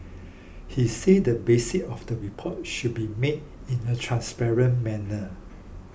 he said the basic of the report should be made in a transparent manner